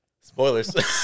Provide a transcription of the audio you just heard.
Spoilers